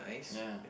ya